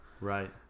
Right